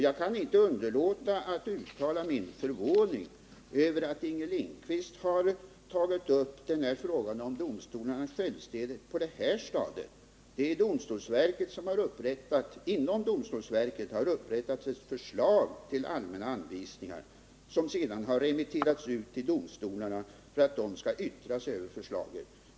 Jag kan inte underlåta att uttala min förvåning över att Inger Lindquist har tagit upp frågan om domstolarnas självständighet på det här stadiet. Inom domstolsverket har upprättats ett förslag till allmänna anvisningar som sedan har remitterats ut till domstolarna för att de skall yttra sig över förslaget.